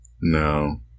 No